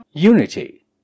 Unity